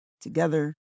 together